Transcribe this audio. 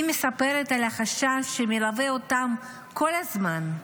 היא מספרת על החשש שמלווה אותם כל הזמן.